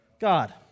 God